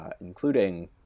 including